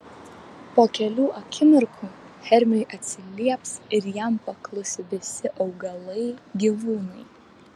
po kelių akimirkų hermiui atsilieps ir jam paklus visi augalai gyvūnai